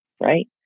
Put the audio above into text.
right